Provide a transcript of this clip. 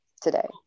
today